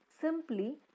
Simply